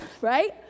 right